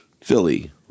Philly